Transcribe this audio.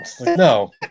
No